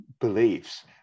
beliefs